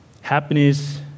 Happiness